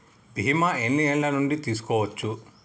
బీమా ఎన్ని ఏండ్ల నుండి తీసుకోవచ్చు?